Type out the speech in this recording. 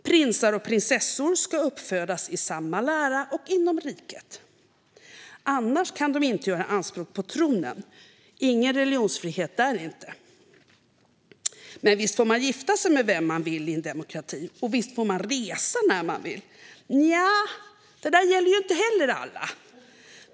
Prinsar och prinsessor ska uppfödas i samma lära och inom riket; annars kan de inte göra anspråk på tronen. Ingen religionsfrihet där, inte! Men visst får man gifta sig med vem man vill i en demokrati? Och visst får man resa när man vill? Nja, det där gäller inte heller alla.